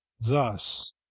thus